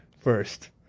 first